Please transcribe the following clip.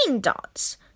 Dots